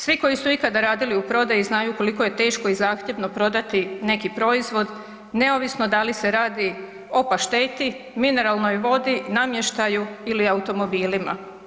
Svi koji su ikada radili u prodaji znaju koliko je teško i zahtjevno prodati neki proizvod neovisno da li se radi o pašteti, mineralnoj vodi, namještaju ili automobilima.